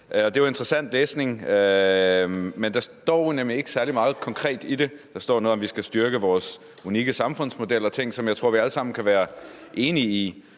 det er jo interessant læsning. Der står nemlig ikke særlig meget konkret i det. Der står noget om, at vi skal styrke vores unikke samfundsmodel og ting, som jeg tror vi alle sammen kan være enige i,